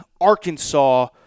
Arkansas